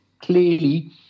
clearly